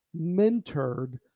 mentored